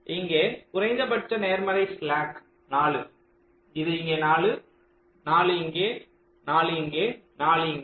இங்கே குறைந்தபட்ச நேர்மறை ஸ்லாக் 4 இது இங்கே 4 4 இங்கே 4 இங்கே 4 இங்கே